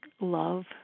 love